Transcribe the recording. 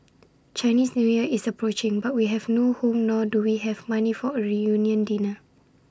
Chinese New Year is approaching but we have no home nor do we have money for A reunion dinner